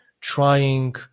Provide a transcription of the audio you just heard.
trying